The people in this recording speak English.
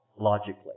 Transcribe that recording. logically